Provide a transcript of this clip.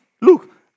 look